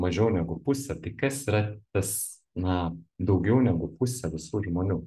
mažiau negu pusę tai kas yra tas na daugiau negu pusė visų žmonių